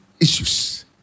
issues